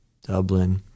Dublin